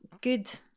good